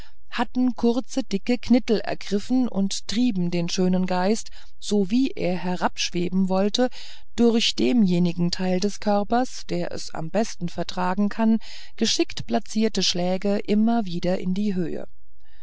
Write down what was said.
hatten kurze dicke knittel ergriffen und trieben den schönen geist sowie er herabschweben wollte durch demjenigen teil des körpers der es am besten vertragen kann geschickt applizierte schläge immer wieder in die höhe